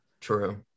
true